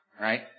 right